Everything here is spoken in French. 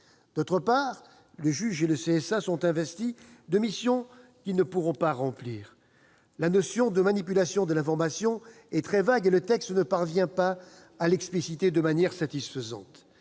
l'audiovisuel, le CSA, sont investis de missions qu'ils ne pourront pas remplir. La notion de « manipulation de l'information » est très vague, et le texte ne parvient pas à l'expliciter de manière satisfaisante.